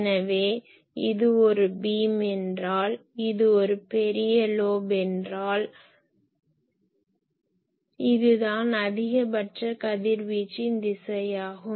எனவே இது ஒரு பீம் என்றால் இது ஒரு பெரிய லோப் என்றால் இதுதான் அதிகபட்ச கதிர்வீச்சின் திசையாகும்